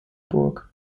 burg